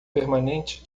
permanente